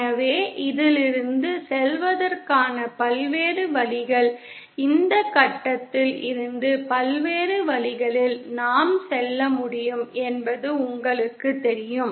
எனவே இதிலிருந்து செல்வதற்கான பல்வேறு வழிகள் இந்த கட்டத்தில் இருந்து பல்வேறு வழிகளில் நாம் செல்ல முடியும் என்பது உங்களுக்குத் தெரியும்